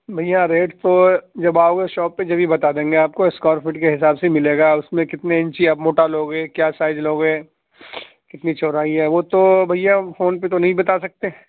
بھیا ریٹ تو جب آؤ گے شاپ پہ جبھی بتا دیں گے آپ کو اسکوائر فٹ لو گے کیا سائج لو گے کتنی چوڑائی ہے وہ تو بھیا فون پہ تو نہیں بتا سکتے